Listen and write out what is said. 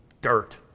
dirt